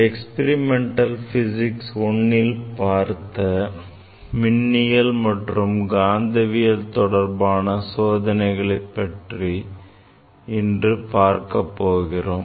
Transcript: Experimental Physics Iல் நாம் பார்த்த மின்னியல் மற்றும் காந்தவியல் தொடர்பான சோதனைகளைப் பற்றி பார்க்கப் போகிறோம்